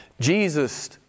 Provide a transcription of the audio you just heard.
Jesus